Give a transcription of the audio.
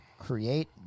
Create